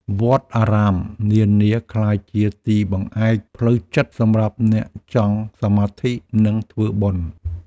វត្តអារាមនានាក្លាយជាទីបង្អែកផ្លូវចិត្តសម្រាប់អ្នកចង់សមាធិ និងធ្វើបុណ្យ។